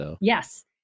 Yes